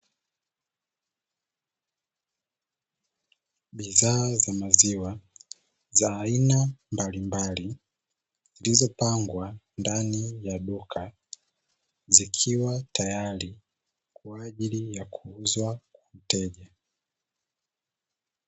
Bidhaa za maziwa za aina mbalimbali zilizopangwa ndani ya duka zikiwa tayari kwa ajili ya kuuzwa kwa mteja.